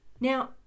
Now